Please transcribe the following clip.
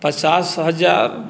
पचास हजार